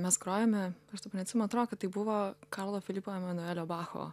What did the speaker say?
mes grojome aš dabar neatsimenu atrodo kad tai buvo karlo filipo emanuelio bacho